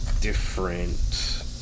different